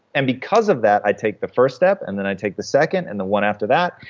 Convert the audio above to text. and because of that, i take the first step and then i take the second, and the one after that.